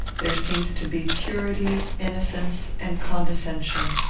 there seems to be purity, innocence, and condescension.